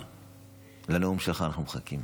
לנאום שלך אנחנו מחכים.